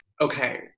Okay